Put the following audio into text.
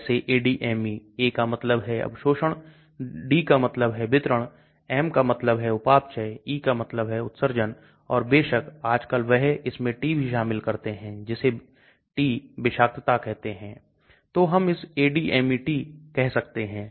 Thermodynamics घुलनशीलता है यदि दवा पेट मैं बहुत बहुत लंबे समय तक खाली करने की समस्या के बिना पेट में रहती है तो यह हमेशा एक संतुलन तक पहुंच जाएगी और इसे thermodynamics घुलनशीलता कहा जाता है